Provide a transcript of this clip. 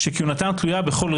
תודה.